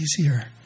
easier